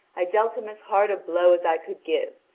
i dealt him as hard a blow as i could give,